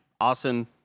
awesome